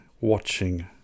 watching